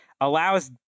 allows